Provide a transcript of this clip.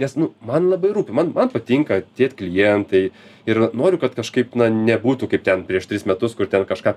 nes nu man labai rūpi man man patinka tie klientai ir noriu kad kažkaip na nebūtų kaip ten prieš tris metus kur ten kažką